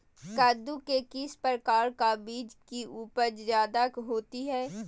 कददु के किस प्रकार का बीज की उपज जायदा होती जय?